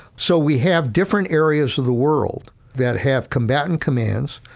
so, we have different areas of the world that have combatant commands,